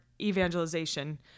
evangelization